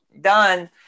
done